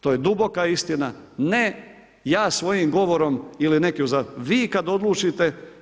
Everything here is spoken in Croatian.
To je duboka istina, ne ja svojim govorom ili neki, vi kada odlučite.